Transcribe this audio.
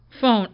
phone